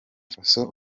faso